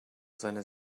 seine